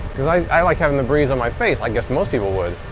because i like having the breeze on my face. i guess most people would.